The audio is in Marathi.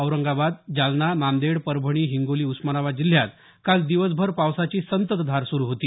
औरंगाबाद जालना नांदेड परभणी हिंगोली उस्मानाबाद जिल्ह्यात काल दिवसभर पावसाची संततधार सुरु होती